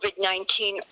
COVID-19